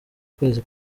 kwezi